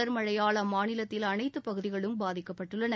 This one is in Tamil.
தொடர் மழையால் அம்மாநிலத்தில் அனைத்து பகுதிகளும் பாதிக்கப்பட்டுள்ளன